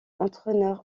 entraîneur